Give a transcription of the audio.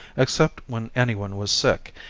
except when anyone was sick,